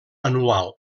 anual